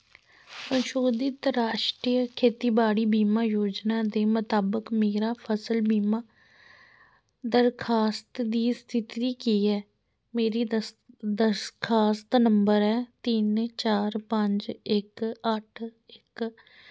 संशोधत राश्ट्रीय खेती बाड़ी बीमा योजना दे मुताबक मेरा फसल बीमा दरखास्त दी स्थिति केह् ऐ मेरी दरखास्त नंबर ऐ तिन्न चार पंज इक अट्ठ इक